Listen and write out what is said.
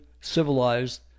civilized